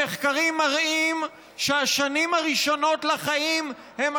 המחקרים מראים שהשנים הראשונות לחיים הן